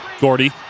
Gordy